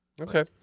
Okay